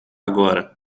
agora